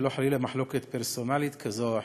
ולא חלילה מחלוקת פרסונלית כזאת או אחרת.